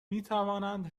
میتوانند